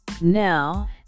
Now